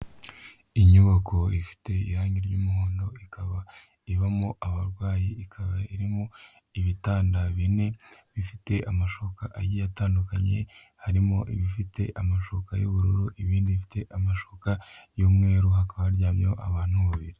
Inyubako ifite irangi ry'umuhondo ikaba ibamo abarwayi ikaba irimo ibitanda bine, bifite amashoka agiye atandukanye harimo ibifite amashuka y'ubururu, ibindi bifite amashuka y'umweru hakaba haryamye abantu babiri.